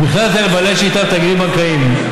ובכלל זה לבעלי השליטה בתאגידים הבנקאיים,